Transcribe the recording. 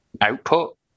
output